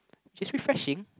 it's refreshing